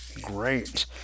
great